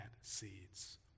seeds